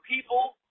people